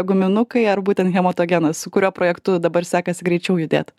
guminukai ar būtent hematogenas su kuriuo projektu dabar sekasi greičiau judėt